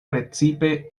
precipe